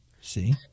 See